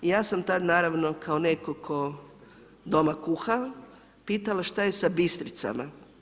Ja sam tad naravno kao netko tko doma kuha, pitala šta je sa bistricama.